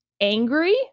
angry